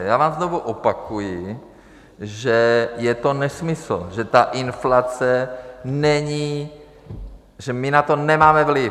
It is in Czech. Já vám znovu opakuji, že je to nesmysl, že ta inflace není, že my na to nemáme vliv.